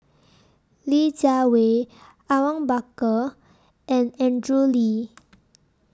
Li Jiawei Awang Bakar and Andrew Lee